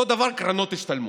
אותו דבר קרנות השתלמות: